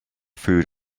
food